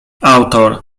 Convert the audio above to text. autor